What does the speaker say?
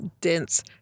dense